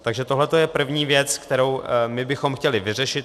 Takže tohleto je první věc, kterou bychom chtěli vyřešit.